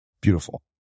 Beautiful